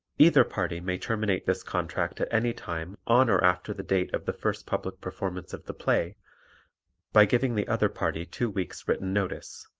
either party may terminate this contract at any time on or after the date of the first public performance of the play by giving the other party two weeks' written notice.